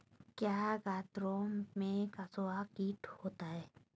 क्या गन्नों में कंसुआ कीट होता है?